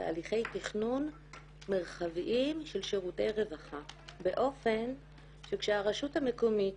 בתהליכי תכנון מרחביים של שירותי רווחה באופן שכשהרשות המקומית